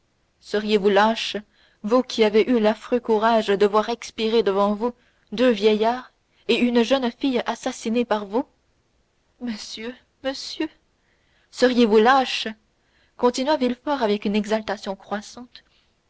seriez-vous lâche vous qui avez eu l'affreux courage de voir expirer devant vous deux vieillards et une jeune fille assassinés pareille monsieur monsieur seriez-vous lâche continua villefort avec une exaltation croissante